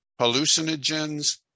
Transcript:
hallucinogens